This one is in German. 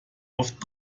oft